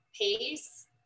pace